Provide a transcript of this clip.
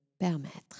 permettre